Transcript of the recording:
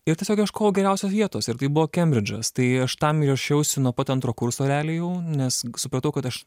ir tiesiog ieškojau geriausios vietos ir tai buvo kembridžas tai aš tam ruošiausi nuo pat antro kurso realiai jau nes supratau kad aš